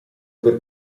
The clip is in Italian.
per